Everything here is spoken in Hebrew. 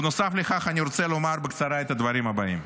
בנוסף לכך אני רוצה לומר בקצרה את הדברים הבאים: